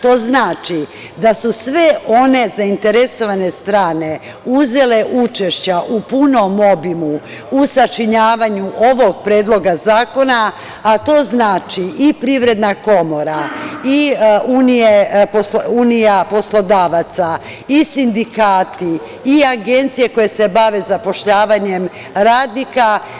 To znači da su sve one zainteresovane strane uzele učešća u punom obimu u sačinjavanju ovog Predloga zakona, a to znači i Privredna komora i Unija poslodavaca i sindikati i agencije koje se bave zapošljavanjem radnika.